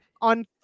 on